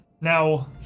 Now